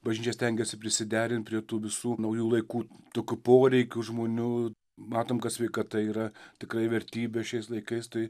bažnyčia stengiasi prisiderint prie tų visų naujų laikų tokių poreikių žmonių matom kad sveikata yra tikrai vertybė šiais laikais tai